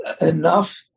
enough